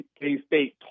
K-State